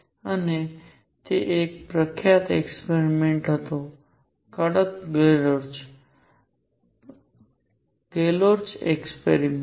અને પછી એક પ્રખ્યાત એક્સપેરિમેંટ હતો કડક ગેર્લાચ ગેર્લાચ એક્સપેરિમેંટ